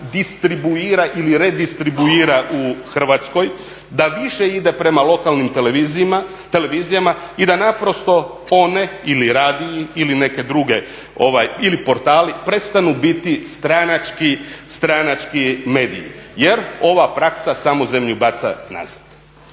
distribuira ili redistribuira u Hrvatskoj, da više ide prema lokalnim televizijama i da naprosto one ili radiji ili neke druge ili portali prestanu biti stranački mediji, jer ova praksa samo zemlju baca nazad.